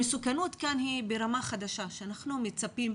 המסוכנות כאן היא ברמה חדשה שאנחנו מצפים,